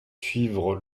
suivre